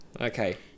Okay